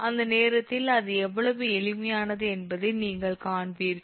அந்த நேரத்தில் அது எவ்வளவு எளிமையானது என்பதை நீங்கள் காண்பீர்கள்